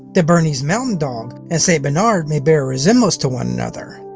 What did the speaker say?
the bernese mountain dog and saint bernard may bear a resemblance to one another,